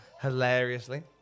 Hilariously